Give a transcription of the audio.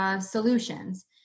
solutions